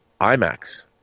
IMAX